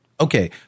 okay